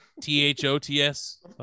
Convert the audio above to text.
T-H-O-T-S